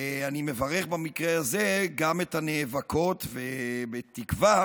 אני מברך במקרה הזה גם את הנאבקות, בתקווה